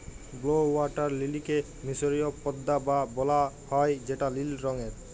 blue water লিলিকে মিসরীয় পদ্দা ও বলা হ্যয় যেটা লিল রঙের